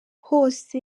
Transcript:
hose